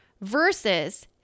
versus